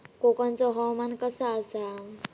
कोकनचो हवामान कसा आसा?